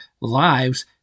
lives